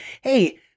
hey